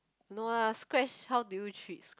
no lah scratch how do you treat scratch